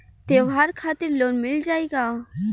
त्योहार खातिर लोन मिल जाई का?